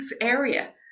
area